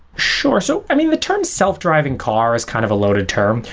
sure. so i mean, the term self-driving car is kind of a loaded term.